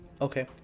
Okay